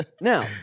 Now